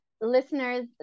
listeners